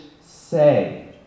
say